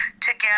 together